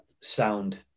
sound